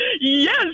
Yes